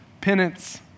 Penance